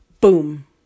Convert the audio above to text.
boom